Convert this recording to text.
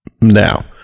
Now